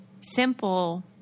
simple